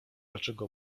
dlaczego